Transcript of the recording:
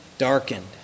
Darkened